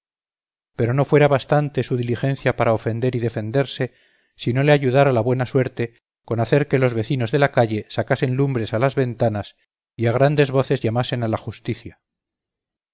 pero no fuera bastante su diligencia para ofender y defenderse si no le ayudara la buena suerte con hacer que los vecinos de la calle sacasen lumbres a las ventanas y a grandes voces llamasen a la justicia